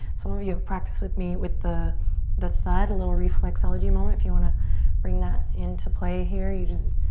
some of you have practiced with me with the the thud, a little reflexology moment if you want to bring that into play here, you just,